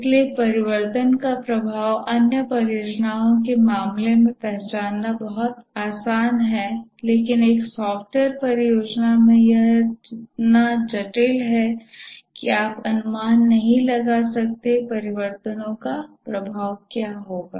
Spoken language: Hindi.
इसलिए परिवर्तन का प्रभाव अन्य परियोजनाओं के मामले में पहचानना बहुत आसान है लेकिन एक सॉफ्टवेयर परियोजना में यह इतना जटिल है कि आप अनुमान नहीं लगा सकते कि परिवर्तनों का प्रभाव क्या होगा